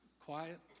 Quiet